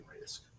risk